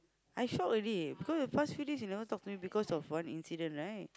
I shout already because the past few days he never talk to him because of one incident right